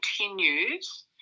continues –